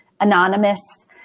anonymous